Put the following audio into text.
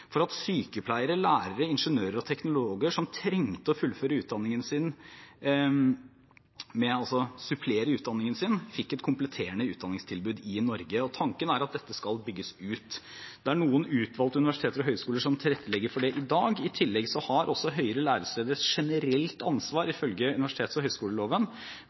for at sykepleiere, lærere, ingeniører og teknologer som trengte å supplere utdanningen sin, fikk et kompletterende utdanningstilbud i Norge. Tanken er at dette skal bygges ut. Det er det noen utvalgte universiteter og høyskoler som tilrettelegger for i dag. I tillegg har også høyere læresteder ifølge universitets- og høyskoleloven et generelt ansvar